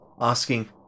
asking